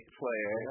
player